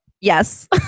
Yes